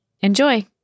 enjoy